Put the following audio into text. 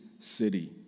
city